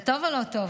זה טוב או לא טוב?